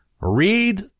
read